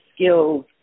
skills